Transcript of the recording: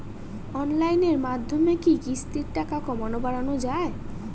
অনলাইনের মাধ্যমে কি কিস্তির টাকা কমানো বাড়ানো যায়?